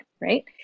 right